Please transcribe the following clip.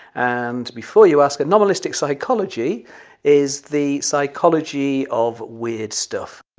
and before you ask, anomalistic psychology is the psychology of weird stuff